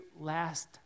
last